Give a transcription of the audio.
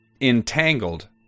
entangled